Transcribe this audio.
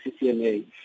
CCMA